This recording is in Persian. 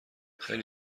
خیلی